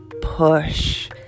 push